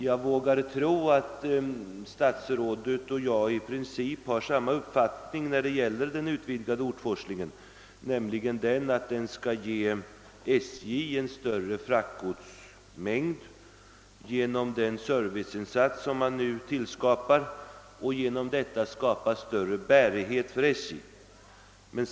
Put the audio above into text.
Jag vågar tro att herr statsrådet och jag i princip har samma uppfattning när det gäller den utvidgade ortforslingen, nämligen att SJ skall tillföras en större fraktgodsmängd genom den serviceinsats som man nu tillskapar och att därigenom SJ:s bärighet skall öka.